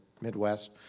Midwest